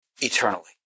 eternally